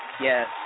Yes